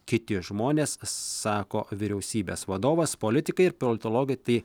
kiti žmonės sako vyriausybės vadovas politikai ir politologai tai